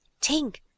Tink